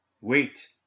Wait